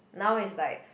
now it's like